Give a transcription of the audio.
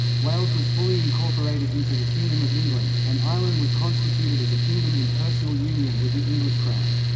wales was fully incorporated into the kingdom of england, and ireland was constituted as a kingdom in personal union with the english crown.